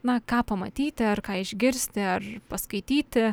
na ką pamatyti ar ką išgirsti ar paskaityti